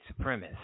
supremacist